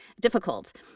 difficult